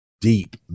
deep